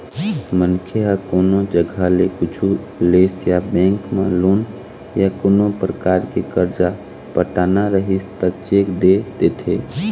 मनखे ह कोनो जघा ले कुछु लिस या बेंक म लोन या कोनो परकार के करजा पटाना रहिस त चेक दे देथे